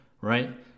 right